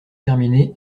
terminé